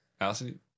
Allison